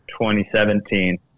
2017